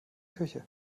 küche